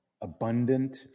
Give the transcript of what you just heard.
abundant